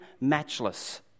matchless